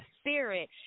spirit